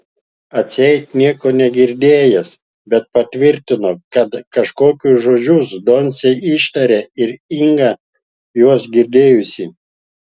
atseit nieko negirdėjęs bet patvirtino kad kažkokius žodžius doncė ištarė ir inga juos girdėjusi